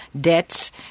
debts